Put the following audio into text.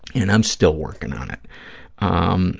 and i'm still working on it um